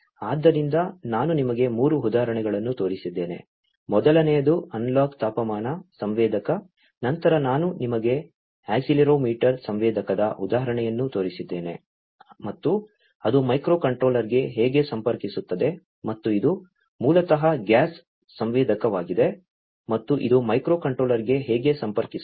ಆದ್ದರಿಂದ ನಾನು ನಿಮಗೆ 3 ಉದಾಹರಣೆಗಳನ್ನು ತೋರಿಸಿದ್ದೇನೆ ಮೊದಲನೆಯದು ಅನಲಾಗ್ ತಾಪಮಾನ ಸಂವೇದಕ ನಂತರ ನಾನು ನಿಮಗೆ ಅಕ್ಸೆಲೆರೊಮೀಟರ್ ಸಂವೇದಕದ ಉದಾಹರಣೆಯನ್ನು ತೋರಿಸಿದ್ದೇನೆ ಮತ್ತು ಅದು ಮೈಕ್ರೋಕಂಟ್ರೋಲರ್ಗೆ ಹೇಗೆ ಸಂಪರ್ಕಿಸುತ್ತದೆ ಮತ್ತು ಇದು ಮೂಲತಃ ಗ್ಯಾಸ್ ಸಂವೇದಕವಾಗಿದೆ ಮತ್ತು ಅದು ಮೈಕ್ರೋಕಂಟ್ರೋಲರ್ಗೆ ಹೇಗೆ ಸಂಪರ್ಕಿಸುತ್ತದೆ